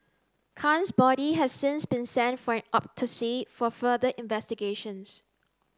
Khan's body has since been sent for an autopsy for further investigations